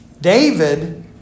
David